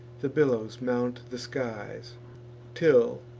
the billows mount the skies till,